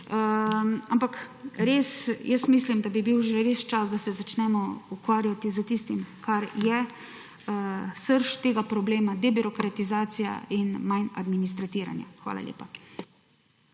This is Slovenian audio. obliko. Res mislim, da bi bil že res čas, da se začnemo ukvarjati s tistim, kar je srž tega problema – debirokratizacija in manj administriranja. Hvala lepa.